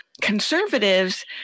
conservatives